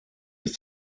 ist